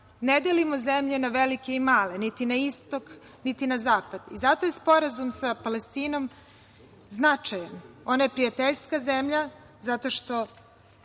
ne delimo zemlje na velike i male, niti na istok, niti na zapad i zato je Sporazum sa Palestinom značajan. Ona je prijateljska zemlja zato što